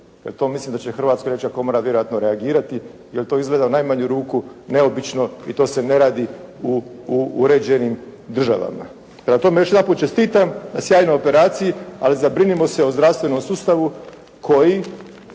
to mislim da će Hrvatska liječnička komora vjerojatno reagirati jer to izgleda u najmanju ruku neobično i to se ne radi u uređenim državama. Prema tome još jedanput čestitam na sjajnoj operaciji, ali zabrinimo se o zdravstvenom sustavu koji